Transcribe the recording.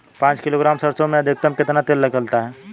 पाँच किलोग्राम सरसों में अधिकतम कितना तेल निकलता है?